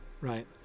right